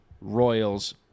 Royals